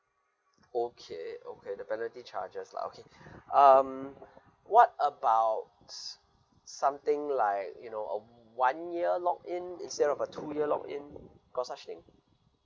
okay okay the penalty charges lah okay um what about something like you know a one year lock in instead of a two year lock in got such thing